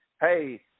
hey